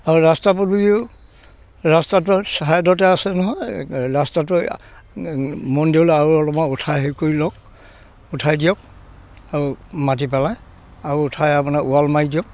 আৰু ৰাস্তা পদূলিও ৰাস্তাটো চাইদতে আছে নহয় ৰাস্তাটো মন্দিৰলৈ আৰু অলপমান উঠাই হেৰি কৰি লওক উঠাই দিয়ক আৰু মাটি পেলাই আৰু উঠাই আপোনাৰ ওৱাল মাৰি দিয়ক